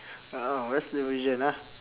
ah oh western version ah